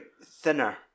thinner